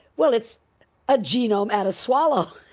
well, it's a genome at a swallow.